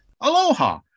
Aloha